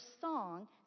song